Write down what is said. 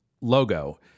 logo